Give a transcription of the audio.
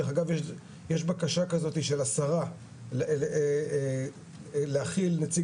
דרך-אגב יש בקשה כזאת של השרה להכיל נציג